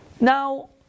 Now